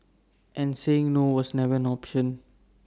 and saying no was never an option